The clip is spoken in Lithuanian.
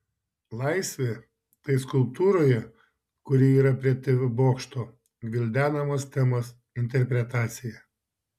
laisvė tai skulptūroje kuri yra prie tv bokšto gvildenamos temos interpretacija